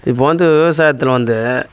இப்போது வந்து விவசாயத்தில் வந்து